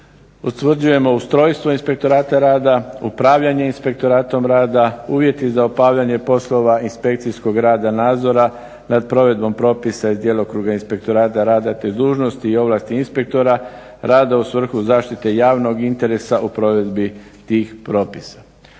utvrđujemo ustrojstvo Inspektorata rada, upravljanje Inspektoratom rada, uvjeti za obavljanje poslova inspekcijskog rada nadzora nad provedbom propisa iz djelokruga Inspektorata rada te dužnosti i ovlasti inspektora rada u svrhu zaštite javnog interesa u provedbi tih propisa.